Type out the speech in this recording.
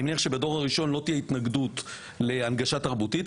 אני מניח שבדור הראשון לא תהיה התנגדות להנגשה תרבותית,